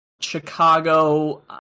Chicago